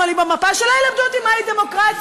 היותר-שמאלי במפה שלא ילמדו אותי מהי דמוקרטיה.